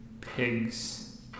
pigs